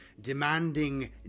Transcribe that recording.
demanding